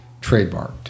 trademarked